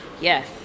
Yes